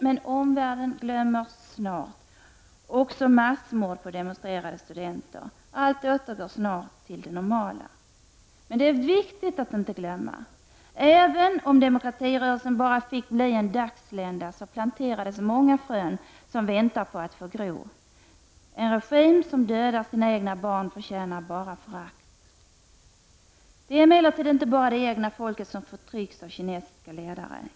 Men omvärlden glömmer snabbt, också ett massmord på demonstrerande studenter. Allt återgår snart till det normala. Det är viktigt att inte glömma. Även om demokratirörelsen bara fick bli en dagslända planterades många frön som väntar på att få gro. En regim som dödar sina egna barn förtjänar bara förakt. Det är emellertid inte bara det egna folket som förtrycks av de kinesiska ledarna.